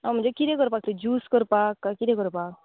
आं म्हणजे कितें करपाक ते जूस करपाक का किदें करपाक